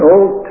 Old